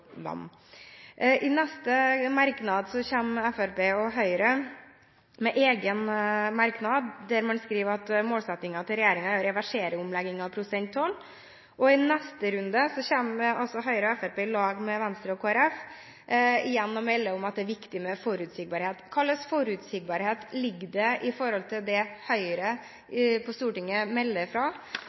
Så kommer Fremskrittspartiet og Høyre med en egen merknad, der man skriver at målsettingen til regjeringen er «å reversere omleggingen til prosenttoll». I neste runde kommer Høyre og Fremskrittspartiet, sammen med Venstre og Kristelig Folkeparti, igjen og melder at det er viktig med «forutsigbarhet». Hva slags forutsigbarhet ligger i det, ut fra det Høyre på Stortinget melder,